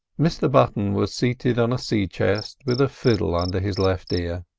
mr button was seated on a sea-chest with a fiddle under his left ear.